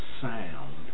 sound